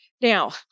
Now